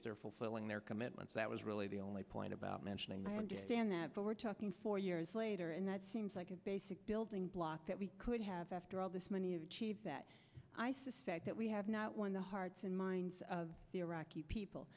if they're fulfilling their commitments that was really the only point about mentioning than that but we're talking four years later and that seems like a basic building block that we could have after all this money that i suspect that we have not won the hearts and minds of the iraqi people